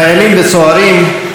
חיילים וסוהרים,